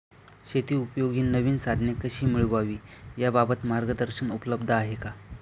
शेतीउपयोगी नवीन साधने कशी मिळवावी याबाबत मार्गदर्शन उपलब्ध आहे का?